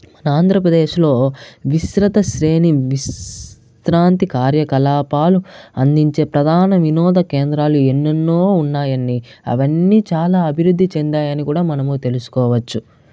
మన ఆంధ్రప్రదేశ్లో విస్తృత శ్రేణి విశ్రాంతి కార్యకలాపాలు అందించే ప్రధాన వినోదకేంద్రాలు ఎన్నోన్నో ఉన్నాయండీ అవన్నీ చాలా అభివృద్ధి చెందాయని కూడా మనము తెలుసుకోవచ్చు